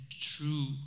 true